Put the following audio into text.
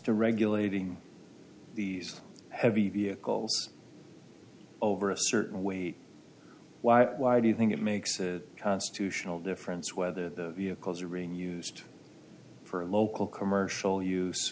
to regulating these heavy vehicles over a certain weight why do you think it makes a constitutional difference whether the vehicles are being used for local commercial use